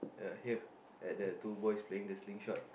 ya here at the two boys playing the slingshot